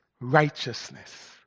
Righteousness